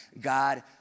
God